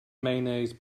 mayonnaise